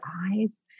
eyes